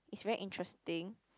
is very interesting